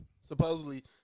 Supposedly